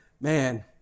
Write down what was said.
man